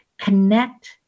Connect